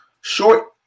short